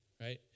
Right